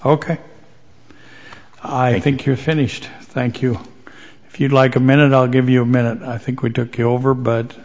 ok i think you're finished thank you if you'd like a minute i'll give you a minute i think we took it over but